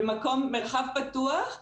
במרחב פתוח,